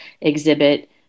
exhibit